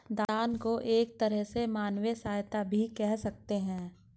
दान को एक तरह से मानवीय सहायता भी कह सकते हैं